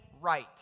right